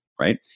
right